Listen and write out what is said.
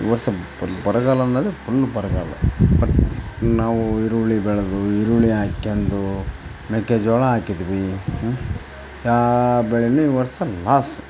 ಈ ವರ್ಷ ಪುಲ್ ಬರ್ಗಾಲ ಅನ್ನೋದು ಪುಲ್ ಬರಗಾಲ ನಾವು ಈರುಳ್ಳಿ ಬೆಳೆದು ಈರುಳ್ಳಿ ಹಾಕ್ಯಾಂದು ಮೆಕ್ಕೆ ಜೋಳ ಹಾಕಿದೀವಿ ಹ್ಞೂ ಯಾವ ಬೆಳೇನು ಈ ವರ್ಷ ಲಾಸ್